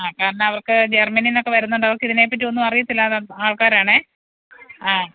ആ കാരണം അവർക്ക് ജർമ്മനീന്നൊക്കെ വരുന്നതുകൊണ്ട് അവർക്കിതിനെപ്പറ്റിയൊന്നും അറിയത്തില്ലാത്ത ആൾക്കാരാണെ ആ